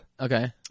Okay